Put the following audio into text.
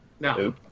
No